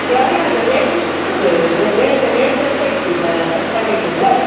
ಯಾವ ಯಾವ ಅದ ರೇಟ್ ಎಷ್ಟೆಷ್ಟು ಅದ ರೇಟ್ ರೇಟ್ ಎಷ್ಟೈತಿ ಈಗ ತರ್ಕಾರಿಗಳದ್ದು ಹೇಳ್ರಿ